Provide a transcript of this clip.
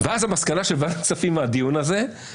שופטי בית המשפט הם לא "סתם" פקידים.